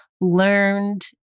learned